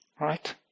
right